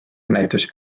näitus